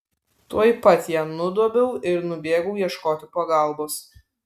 tuoj pat ją nudobiau ir nubėgau ieškoti pagalbos